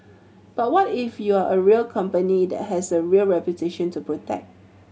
but what if you are a real company that has a real reputation to protect